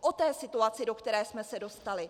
O té situaci, do které jsme se dostali.